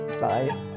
Bye